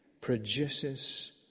produces